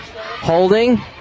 Holding